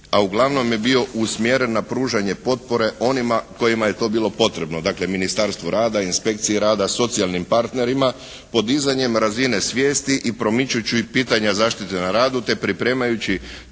a uglavnom je bio usmjeren na pružanje potpore onima kojima je to bilo potrebno. Dakle Ministarstvo rada, inspekcije rada, socijalnim partnerima podizanjem razine svijesti i promičući pitanja zaštite na radu te pripremajući